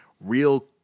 real